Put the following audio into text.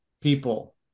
people